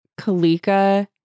Kalika